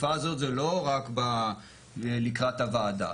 בתקופה הזאת זה לא רק לקראת הוועדה.